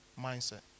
mindset